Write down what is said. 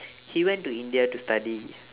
he went to india to study